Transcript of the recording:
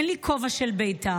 אין לי כובע של בית"ר,